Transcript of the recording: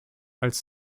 als